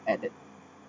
at that